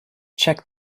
check